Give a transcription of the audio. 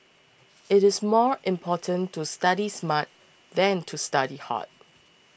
it is more important to study smart than to study hard